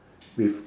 with